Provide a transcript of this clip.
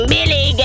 Billy